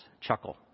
chuckle